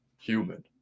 human